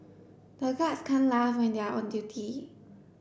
the guards can't laugh when they are on duty